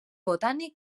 botànic